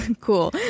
cool